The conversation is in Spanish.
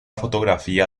fotografía